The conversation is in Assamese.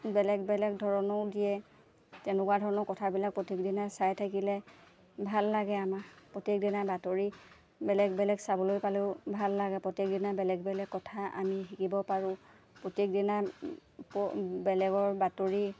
বেলেগ বেলেগ ধৰণো দিয়ে তেনেকুৱা ধৰণৰ কথাবিলাক প্ৰত্যেক দিনাই চাই থাকিলে ভাল লাগে আমাৰ প্ৰত্যেক দিনাই বাতৰি বেলেগ বেলেগ চাবলৈ পালেও ভাল লাগে প্ৰত্যেক দিনাই বেলেগ বেলেগ কথা আমি শিকিব পাৰোঁ প্ৰত্যেক দিনাই বেলেগৰ বাতৰি